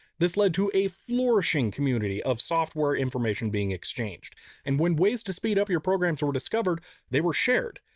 this led to a flourishing community of software information being exchanged and when ways to speed up your programs were were discovered they were shared.